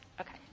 Okay